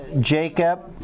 Jacob